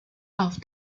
auf